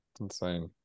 insane